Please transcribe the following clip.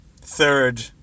third